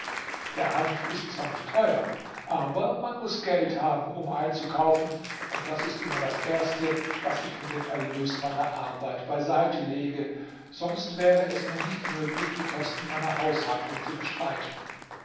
der hanf ist zwar nicht teuer aber man muß geld haben um einzukaufen und das ist immer das erste was ich von dem erlös meiner arbeit beiseite lege sonst wäre es mir nicht möglich die kosten meiner haushaltung zu bestreiten